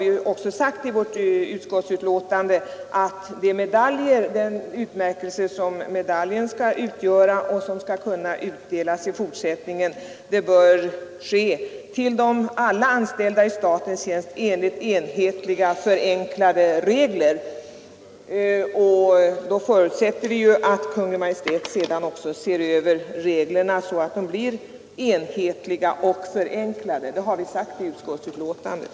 Vi har i betänkandet uttalat att medaljer i fortsättningen bör utdelas till alla anställda i statlig tjänst enligt enhetliga, förenklade regler. Vi förutsätter därför att Kungl. Maj:t ser över reglerna så att de blir enhetliga och förenklade; detta har vi anfört i betänkandet.